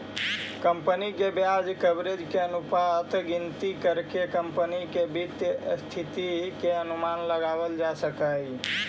company के ब्याज coverage अनुपात के गिनती करके कंपनी के वित्तीय स्थिति के अनुमान लगावल जा हई